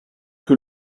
que